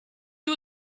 you